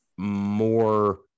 more